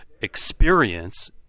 experience